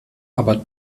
aber